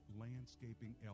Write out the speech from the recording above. Landscaping